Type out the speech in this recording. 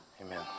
Amen